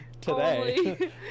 today